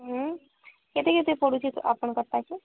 ଉଁ କେତେ କେତେ ପଡ଼ୁଛି ଆପଣଙ୍କରଟା କି